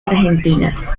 argentinas